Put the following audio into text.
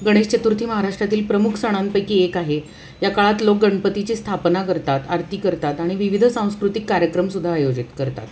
गणेश चतुर्थी महाराष्ट्रातील प्रमुख सणांपैकी एक आहे या काळात लोक गणपतीची स्थापना करतात आरती करतात आणि विविध सांस्कृतिक कार्यक्रमसुद्धा आयोजित करतात